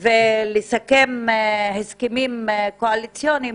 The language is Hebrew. ומסיכום הסכמים קואליציוניים,